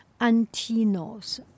Antinos